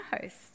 host